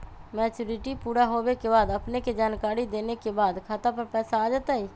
Maturity पुरा होवे के बाद अपने के जानकारी देने के बाद खाता पर पैसा आ जतई?